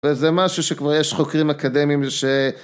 וזה משהו שכבר יש חוקרים אקדמיים ש...